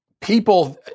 people